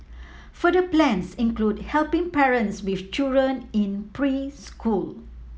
further plans include helping parents with children in preschool